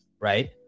right